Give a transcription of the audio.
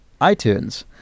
iTunes